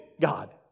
God